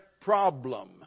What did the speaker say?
problem